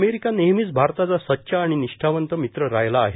America नेहमीच भारताचा सच्चा आणि निष्ठावंत मित्र राहीला आहे